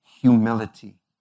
humility